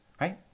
right